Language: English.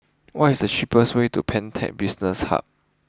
what is the cheapest way to Pantech Business Hub